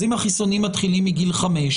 אם החיסונים של ילדים מתחילים מגיל 5,